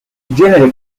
genere